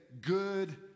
good